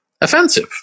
offensive